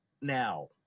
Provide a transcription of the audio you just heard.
now